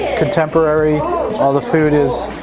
contemporary all the food has